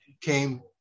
came